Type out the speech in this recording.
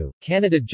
Canada